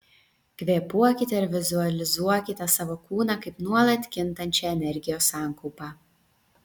kvėpuokite ir vizualizuokite savo kūną kaip nuolat kintančią energijos sankaupą